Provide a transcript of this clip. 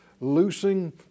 loosing